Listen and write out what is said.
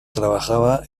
trabajaba